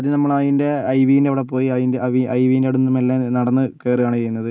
ആദ്യം നമ്മൾ അതിൻ്റെ ഐവിൻ്റവിട പോയി അയിൻ്റെ ഐവിൻ്റടുത്തുന്നു മെല്ലെ നടന്ന് കേറ് ആണ് ചെയ്യുന്നത്